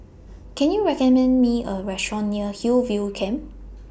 Can YOU recommend Me A Restaurant near Hillview Camp